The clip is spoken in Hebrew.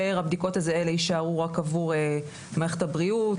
שהבדיקות האלה יישארו רק עבור מערכת הבריאות,